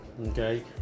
Okay